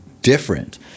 different